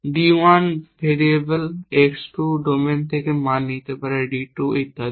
d 1 variable x 2 domain থেকে মান নিতে পারে d 2 ইত্যাদি